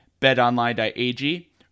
betonline.ag